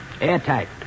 Airtight